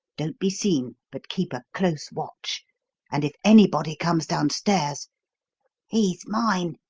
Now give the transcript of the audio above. don't be seen, but keep a close watch and if anybody comes downstairs he's mine!